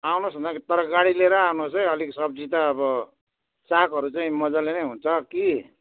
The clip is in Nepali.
आउनुहोस् न तर गाडी लिएर आउनुहोस् है अलिक सब्जी त अब सागहरू चाहिँ मज्जाले नै हुन्छ कि